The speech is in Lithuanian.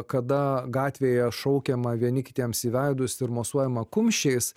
kada gatvėje šaukiama vieni kitiems į veidus ir mosuojama kumščiais